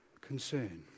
concern